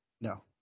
No